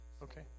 Okay